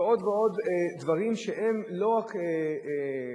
ועוד ועוד דברים שהם לא רק,